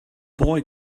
boy